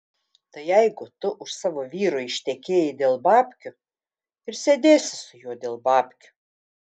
tai jeigu tu už savo vyro ištekėjai dėl babkių ir sėdėsi su juo dėl babkių